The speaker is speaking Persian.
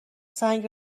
سنگ